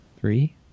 three